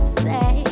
say